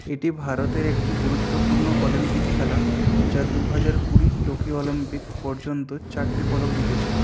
এটি ভারতের একটি গুরুত্বপূর্ণ অলিম্পিক খেলা যা দু হাজার কুড়ি টোকিও অলিম্পিক পর্যন্ত চারটি পদক জিতেছে